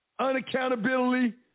unaccountability